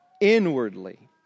inwardly